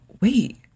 wait